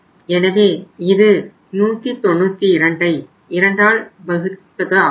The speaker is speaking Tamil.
எனவே இது 1922 ஆகும்